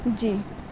جی